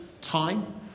time